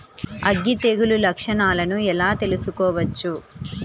అగ్గి తెగులు లక్షణాలను ఎలా తెలుసుకోవచ్చు?